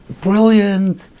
brilliant